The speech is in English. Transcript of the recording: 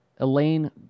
Elaine